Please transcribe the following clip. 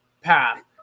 path